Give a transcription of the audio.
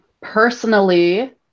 personally